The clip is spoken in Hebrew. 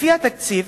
לפי התקציב